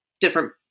different